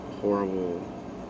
horrible